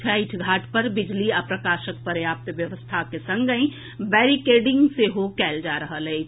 छठि घाट पर बिजली आ प्रकाशक पर्याप्त व्यवस्था के संगहि बैरिकेडिंग सेहो कयल जा रहल अछि